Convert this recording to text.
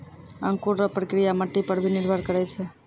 अंकुर रो प्रक्रिया मट्टी पर भी निर्भर करै छै